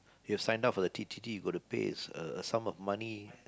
you signed up for the T_T_T you gotta pays uh a sum of money